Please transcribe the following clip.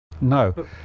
no